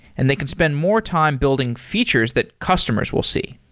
and they can spend more time building features that customers will see.